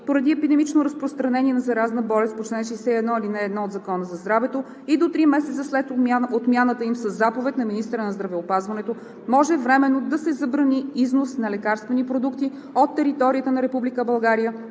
поради епидемично разпространение на заразна болест по чл. 61, ал. 1 от Закона за здравето и до три месеца след отмяната им със заповед на министъра на здравеопазването може временно да се забрани износ на лекарствени продукти от територията на